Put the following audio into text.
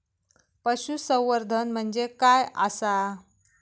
पशुसंवर्धन म्हणजे काय आसा?